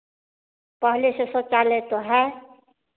पहले से शौचालय तो है